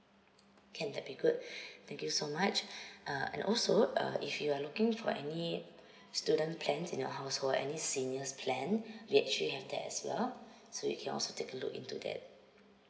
can that'll be good thank you so much uh and also uh if you are looking for any student plans in your household any seniors plan we actually have that as well so you can also take a look into that